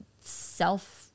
self